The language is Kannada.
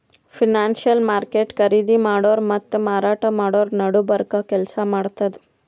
ಫೈನಾನ್ಸಿಯಲ್ ಮಾರ್ಕೆಟ್ ಖರೀದಿ ಮಾಡೋರ್ ಮತ್ತ್ ಮಾರಾಟ್ ಮಾಡೋರ್ ನಡಬರ್ಕ್ ಕೆಲ್ಸ್ ಮಾಡ್ತದ್